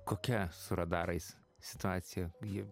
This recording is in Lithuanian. kokia su radarais situacija jie